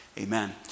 amen